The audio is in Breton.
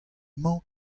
mañ